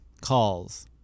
calls